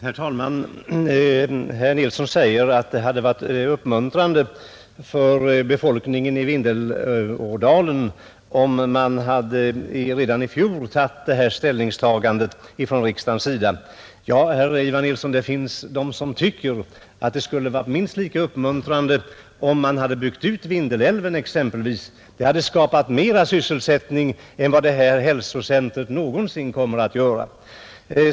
Herr talman! Herr Nilsson i Tvärålund säger att det hade varit uppmuntrande för befolkningen i Vindelådalen, om riksdagen redan i fjol hade gjort detta ställningstagande. Ja, Jan-Ivan Nilsson, men det finns också de som tycker att det skulle ha varit minst lika uppmuntrande om man hade byggt ut Vindelälven — det hade skapat mera sysselsättning än vad detta hälsocentrum någonsin kommer att göra.